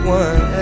one